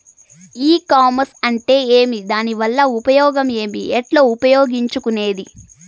ఈ కామర్స్ అంటే ఏమి దానివల్ల ఉపయోగం ఏమి, ఎట్లా ఉపయోగించుకునేది?